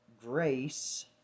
grace